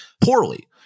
poorly